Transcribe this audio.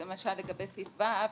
וגם מה שהיה לגבי סעיף ו',